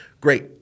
Great